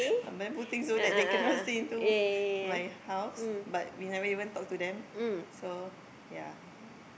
a bamboo thing so that they cannot see into my house but we never even talk to them so ya